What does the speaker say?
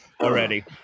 already